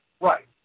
Right